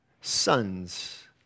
Sons